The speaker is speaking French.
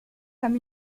comme